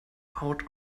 out